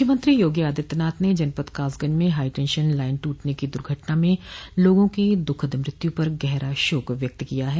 मुख्यमंत्री योगी आदित्यनाथ ने जनपद कासगंज में हाईटेंशन लाइन टूटने की दुर्घटना में लोगों की दुःखद मृत्यु पर गहरा शोक व्यक्त किया है